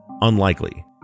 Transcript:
unlikely